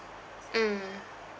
mm